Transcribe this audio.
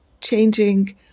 changing